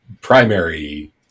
primary